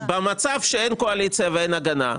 במצב שאין קואליציה ואין הגנה,